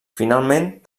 finalment